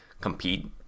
compete